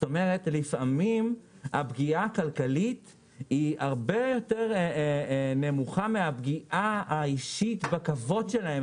לפעמים הפגיעה הכלכלית היא הרבה יותר נמוכה מהפגיעה האישית בכבוד שלהם.